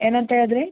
ಏನೂಂತ ಹೇಳ್ದ್ರಿ